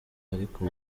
ariko